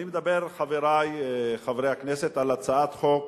אני מדבר, חברי חברי הכנסת, על הצעת חוק